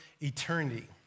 eternity